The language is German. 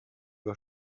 war